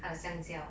他的香蕉